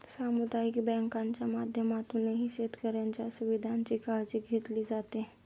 सामुदायिक बँकांच्या माध्यमातूनही शेतकऱ्यांच्या सुविधांची काळजी घेतली जाते